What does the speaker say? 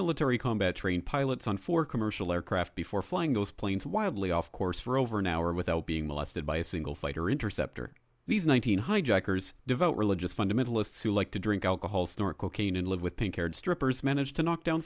military combat trained pilots on four commercial aircraft before flying those planes wildly off course for over an hour without being molested by a single fighter interceptor these one thousand hijackers devout religious fundamentalists who like to drink alcohol snort cocaine and live with pink haired strippers managed to knock down